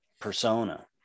persona